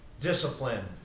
discipline